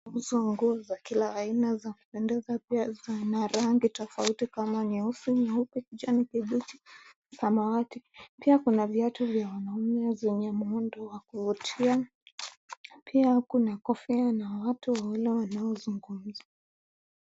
Zipo nguo za kila aina za kupendezapia na rangi tofauti kama nyeusi, nyeupe, kijani kibichi, samawati. Pia kuna viatu vya wanaume vya muundo wa kuvutia. Pia kuna kofia na watu wengine wanaozungumza.